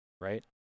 Right